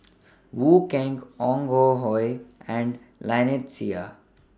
Wong Keen Ong Ah Hoi and Lynnette Seah